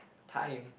time